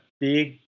big